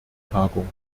tagung